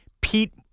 Pete